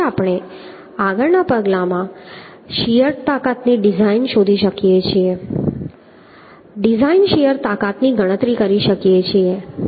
પછી આપણે આગળના પગલામાં શીયર તાકાતની ડિઝાઇન શોધી શકીએ છીએ ડિઝાઇન શીયર તાકાતની ગણતરી કરી શકીએ છીએ